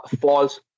false